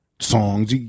Songs